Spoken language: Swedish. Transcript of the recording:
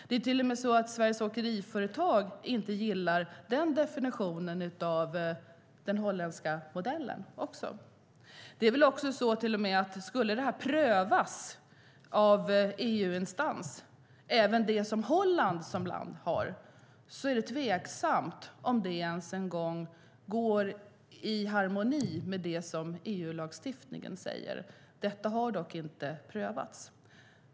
Det är faktiskt så att Sveriges Åkeriföretag inte gillar den definitionen av den holländska modellen. Det är till och med så att om den här modellen, även den som Holland har, skulle prövas av EU-instans är det tveksamt om den är i harmoni med det som EU-lagstiftningen säger. Detta har dock inte prövats.